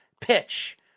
pitch